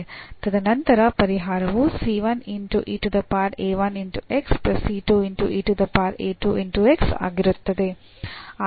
ತದನಂತರ ಪರಿಹಾರವು ಆಗಿರುತ್ತದೆ